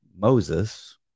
Moses